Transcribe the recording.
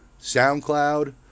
SoundCloud